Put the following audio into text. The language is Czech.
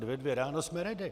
Ve dvě ráno jsme ready.